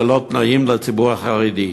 ללא תנאים לציבור החרדי.